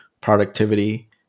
productivity